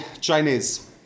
Chinese